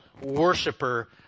worshiper